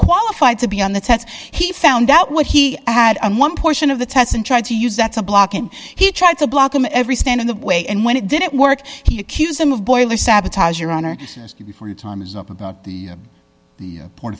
qualified to be on the tests he found out what he had on one portion of the test and tried to use that's a block and he tried to block him every stand in the way and when it didn't work he accused them of boiler sabotage your honor for your time is up about the port